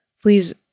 Please